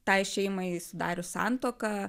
tai šeimai sudarius santuoką